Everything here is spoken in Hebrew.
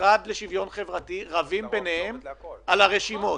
והמשרד לשוויון חברתי רבים ביניהם על הרשימות.